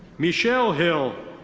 michelle hill.